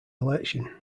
election